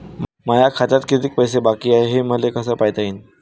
माया खात्यात कितीक पैसे बाकी हाय हे मले कस पायता येईन?